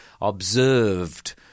observed